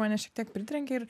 mane šiek tiek pritrenkė ir